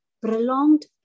prolonged